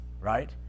right